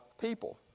people